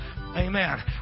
Amen